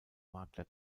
makler